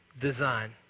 design